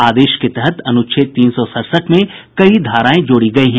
आदेश के तहत अनुच्छेद तीन सौ सड़सठ में कई धाराएं जोड़ी गई हैं